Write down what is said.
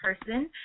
person